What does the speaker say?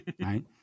right